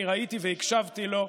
אני ראיתי והקשבתי לו,